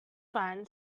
pen